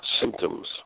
symptoms